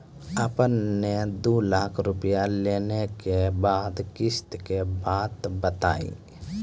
आपन ने दू लाख रुपिया लेने के बाद किस्त के बात बतायी?